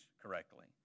correctly